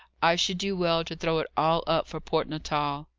i should do well to throw it all up for port natal.